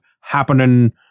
happening